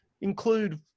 include